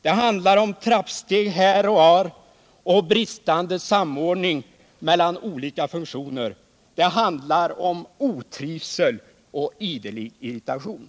Det handlar om trappsteg här och var och om bristande samordning mellan olika funktioner. Det handlar om otrivsel och idelig irritation.